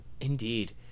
Indeed